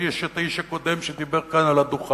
יש האיש הקודם שדיבר כאן על הדוכן,